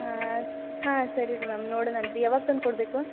ಹಾಂ ಹಾಂ ಸರಿ ರೀ ಮ್ಯಾಮ್ ನೋಡಣ ಅಂತೆರಿ ಯಾವಾಗ ತಂದು ಕೊಡಬೇಕು